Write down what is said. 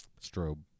Strobe